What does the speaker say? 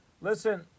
Listen